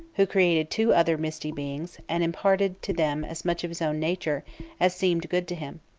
who created two other mighty beings and imparted to them as much of his own nature as seemed good to him.